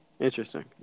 Interesting